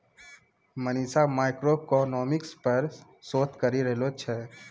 Manisha macroeconomics पर शोध करी रहलो छै